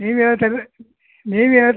ನೀವು ಹೇಳ್ತಾ ಇರು ನೀವು ಹೇಳು